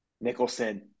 Nicholson